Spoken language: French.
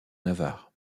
navarre